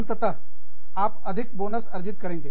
अंततः आप अधिक बोनस अर्जित करेंगे